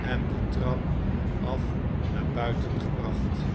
en de trap af naar buiten gebracht